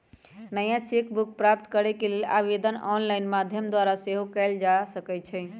नया cheque book प्राप्त करेके लेल आवेदन ऑनलाइन माध्यम द्वारा सेहो कएल जा सकइ छै